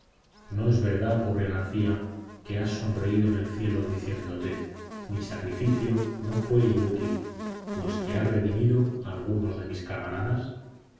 no es verdad pobre garcía que has sonreído en el cielo diciéndote mi sacrificio no fue inútil pues que ha redimido a algunos de mis camaradas